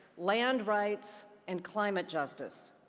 land rights, and climate justice.